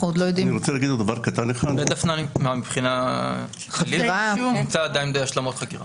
בית דפנה נמצא עדיין בהשלמות חקירה.